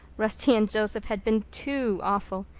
rusty and joseph had been too awful!